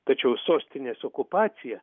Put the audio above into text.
tačiau sostinės okupacija